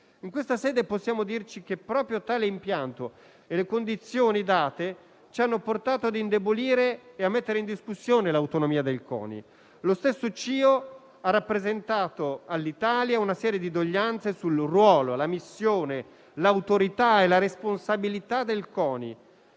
In questa sede possiamo dirci che proprio tale impianto e le condizioni date ci hanno portato a indebolire e a mettere in discussione l'autonomia del CONI. Lo stesso Comitato internazionale olimpico (CIO) ha rappresentato all'Italia una serie di doglianze sul ruolo, la missione, l'autorità e la responsabilità del CONI,